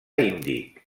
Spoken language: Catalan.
índic